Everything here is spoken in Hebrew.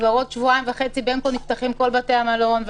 בין כה כבר בעוד שבועיים וחצי נפתחים כל בתי המלון,